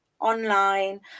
online